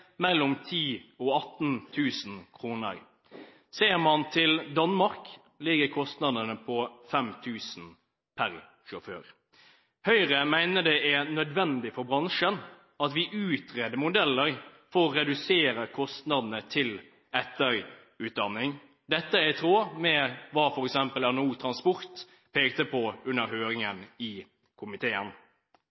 mellom 10 000 og 18 000 kr. Ser man til Danmark, ligger kostnadene på 5 000 kr per sjåfør. Høyre mener det er nødvendig for bransjen at vi utreder modeller for å redusere kostnadene til etterutdanning. Dette er i tråd med hva f.eks. NHO Transport pekte på under høringen i komiteen.